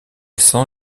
sens